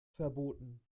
verboten